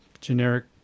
generic